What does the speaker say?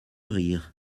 rire